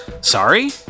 Sorry